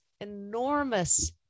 enormous